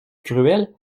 cruels